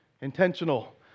intentional